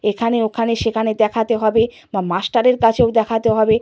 এখানে ওখানে সেখানে দেখাতে হবে বা মাস্টারের কাছেও দেখাতে হবে